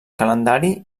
calendari